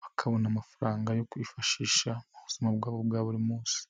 Bakabona amafaranga yo kwifashisha mu buzima bwabo bwa buri munsi.